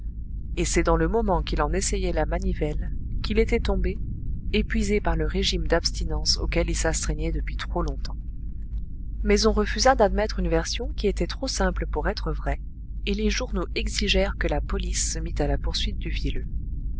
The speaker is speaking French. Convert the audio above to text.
et c'est dans le moment qu'il en essayait la manivelle qu'il était tombé épuisé par le régime d'abstinence auquel il s'astreignait depuis trop longtemps mais on refusa d'admettre une version qui était trop simple pour être vraie et les journaux exigèrent que la police se mît à la poursuite du vielleux